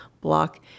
block